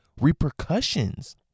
repercussions